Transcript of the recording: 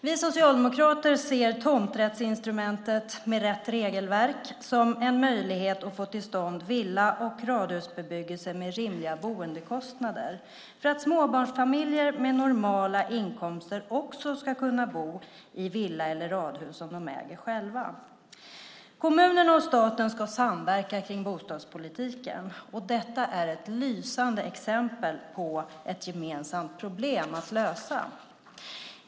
Vi socialdemokrater ser tomträttsinstrumentet, med rätt regelverk, som en möjlighet att få till stånd villa och radhusbebyggelse med rimliga boendekostnader för att småbarnsfamiljer med normala inkomster också ska kunna bo i villa eller radhus som de äger själva. Kommunerna och staten ska samverka kring bostadspolitiken. Detta är ett lysande exempel på ett gemensamt problem att lösa.